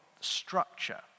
structure